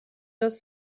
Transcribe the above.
das